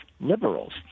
liberals